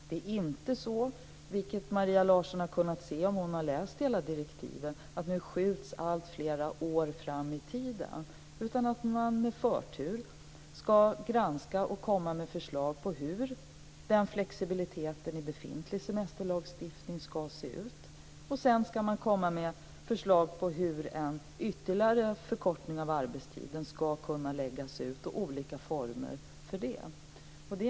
Det är inte så - vilket Maria Larsson har kunnat se om hon har läst hela direktivet - att allt nu skjuts flera år fram i tiden. Med förtur ska man i stället granska och komma med förslag på hur flexibiliteten ska se ut i befintlig semesterlagstiftning. Man ska också komma med förslag på hur en ytterligare förkortning av arbetstiden ska kunna läggas ut och vilka olika former som finns för det.